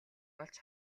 олж